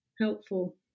helpful